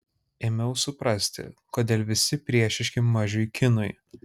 ėmiau suprasti kodėl visi priešiški mažiui kinui